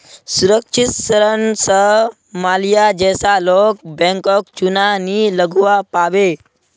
सुरक्षित ऋण स माल्या जैसा लोग बैंकक चुना नी लगव्वा पाबे